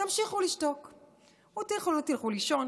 תמשיכו לשתוק או תלכו לישון,